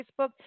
Facebook